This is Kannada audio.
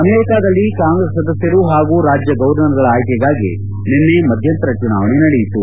ಅಮೆರಿಕಾದಲ್ಲಿ ಕಾಂಗ್ರೆಸ್ ಸದಸ್ಟರು ಹಾಗೂ ರಾಜ್ಯ ಗೌರ್ನರ್ಗಳ ಆಯ್ಕೆಗಾಗಿ ನಿನ್ನೆ ಮಧ್ಯಂತರ ಚುನಾವಣೆ ನಡೆಯಿತು